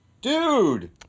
Dude